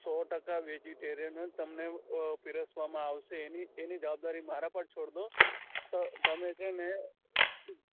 સો ટકા વેજીટેરિયન જ તમને પીરસવામાં આવશે એની એની જવાબદારી મારા પર છોડી દો તો તમે છે ને હમ